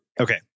Okay